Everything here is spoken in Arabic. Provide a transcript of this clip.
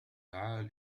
تعال